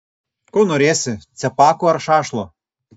ko norėsi cepakų ar šašlo